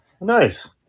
Nice